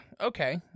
Okay